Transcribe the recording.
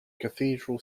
cathedral